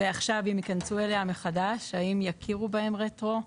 ועכשיו אם יכנסו אליה מחדש האם יכירו בהם רטרואקטיבית,